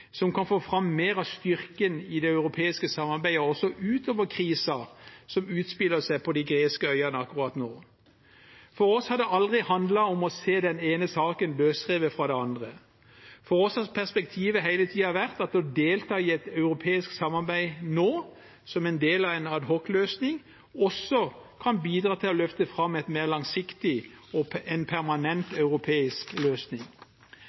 som kan få fram mer av styrken i det europeiske samarbeidet også utover krisen som utspiller seg på de greske øyene akkurat nå. For oss har det aldri handlet om å se den ene saken løsrevet fra det andre. For oss har perspektivet hele tiden vært at å delta i et europeisk samarbeid nå, som en del av en adhocløsning, også kan bidra til å løfte fram en mer langsiktig og en permanent europeisk løsning.